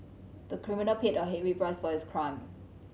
the criminal paid a heavy price for his crime